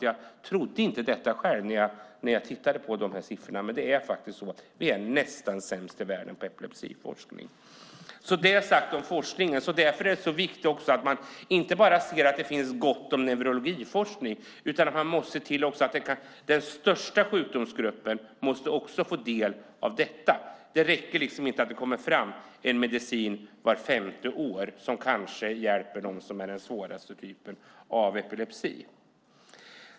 Jag trodde inte det själv innan jag tittade på siffrorna, men vi är nästan sämst i världen på epilepsiforskning. Därför är det viktigt att man inte bara säger att det finns gott om neurologiforskning, utan de största sjukdomsgrupperna måste också få del av forskningsmedel. Det räcker inte med att det kommer fram en medicin vart femte år som kanske hjälper dem som har den svåraste typen av epilepsi.